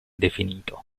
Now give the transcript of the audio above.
definito